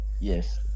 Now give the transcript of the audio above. Yes